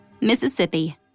Mississippi